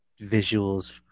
visuals